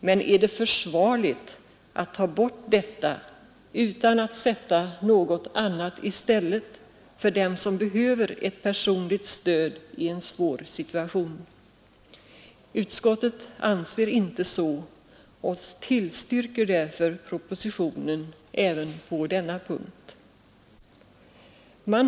Men är det försvarligt att ta bort detta utan att sätta något annat i stället för dem som behöver ett personligt stöd i en svår situation? Utskottet anser inte det och tillstyrker därför propositionen även på denna punkt.